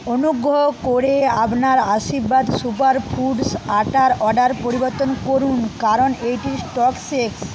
অনুগ্রহ করে আপনার আশীর্বাদ সুপার ফুড্স আটার অর্ডার পরিবর্তন করুন কারণ এটির স্টক শেষ